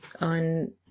on